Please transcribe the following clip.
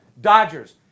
Dodgers